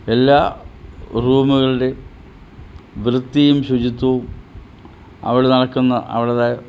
എല്ലാ റൂമുകളുടെ വൃത്തിയും ശുചിത്വവും അവിടെ നടക്കുന്ന അവരുടെ